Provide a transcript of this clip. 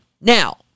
Now